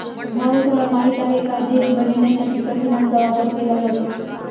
भाऊ तुला माहित आहे का जेली बनवण्यासाठी प्रथिनांचा वापर केला जातो